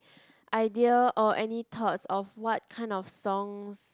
idea or any thoughts of what kind of songs